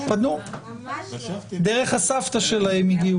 פנו, דרך הסבתא שלהם הגיעו.